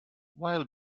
while